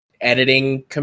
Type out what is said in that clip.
Editing